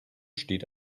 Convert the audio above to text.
steht